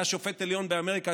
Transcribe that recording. היה שופט עליון באמריקה,